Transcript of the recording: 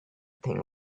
thing